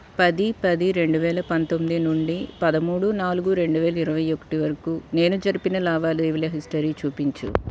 పది పది రెండువేల పంతొమ్మిది నుండి పదమూడు నాలుగు రెండువేల ఇరవై ఒకటి వరకు నేను జరిపిన లావాదేవీల హిస్టరీ చూపించు